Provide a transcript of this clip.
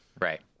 right